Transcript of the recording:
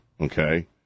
okay